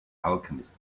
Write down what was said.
alchemist